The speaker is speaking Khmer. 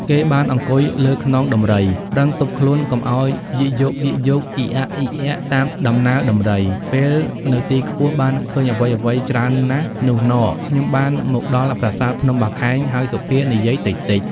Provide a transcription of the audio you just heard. គេបានអង្គុយលើខ្នងដំរីប្រឹងទប់ខ្លួនកុំឱ្យយីកយោកៗ អ៊ីកអ៊ាកៗតាមដំណើរ ដំរី ពេលនៅទីខ្ពស់បានឃើញអ្វីៗច្រើនណាស់ នុះន ខ្ញុំបាន មកដល់ប្រាសាទភ្នំបាខែងហើយសុភានិយាយតិចៗ ។